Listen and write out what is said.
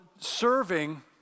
Serving